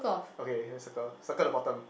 okay here circle circle the bottom